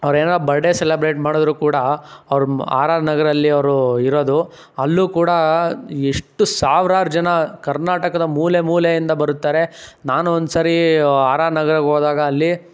ಅವರೇನೋ birthday celebrate ಮಾಡಿದ್ರೂ ಕೂಡ ಅವರು ಮ್ ಆರ್ ಆರ್ ನಗರಲ್ಲಿ ಅವರು ಇರೋದು ಅಲ್ಲೂ ಕೂಡ ಎಷ್ಟು ಸಾವ್ರಾರು ಜನ ಕರ್ನಾಟಕದ ಮೂಲೆ ಮೂಲೆಯಿಂದ ಬರುತ್ತಾರೆ ನಾನೂ ಒಂದ್ಸರಿ ಆರ್ ಆರ್ ನಗರಕ್ಕೆ ಹೋದಾಗ ಅಲ್ಲಿ